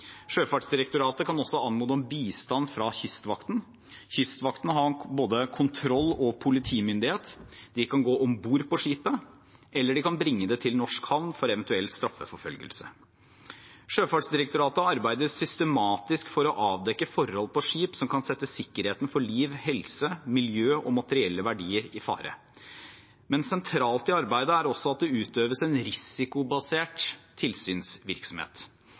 Sjøfartsdirektoratet kan også anmode om bistand fra Kystvakten. Kystvakten har både kontroll- og politimyndighet, de kan gå om bord på skipet, eller de kan bringe det til norsk havn for eventuell straffeforfølgelse. Sjøfartsdirektoratet arbeider systematisk for å avdekke forhold på skip som kan sette sikkerheten for liv, helse, miljø og materielle verdier i fare. Sentralt i arbeidet er også at det utøves en risikobasert tilsynsvirksomhet.